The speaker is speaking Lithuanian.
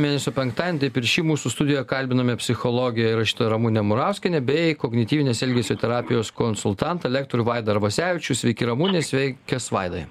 mėnesio penktadienį taip ir šį mūsų studijoje kalbiname psichologę rašytoją ramunę murauskienę bei kognityvinės elgesio terapijos konsultantą lektorių vaida arvasevičių sveiki ramune sveikas vaidai